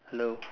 hello